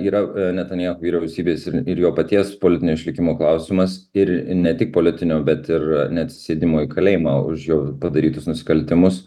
yra netanjahu vyriausybės ir jo paties politinio išlikimo klausimas ir ne tik politinio bet ir neatsisėdimo į kalėjimą už jo padarytus nusikaltimus